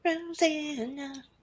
Rosanna